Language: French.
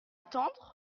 attendre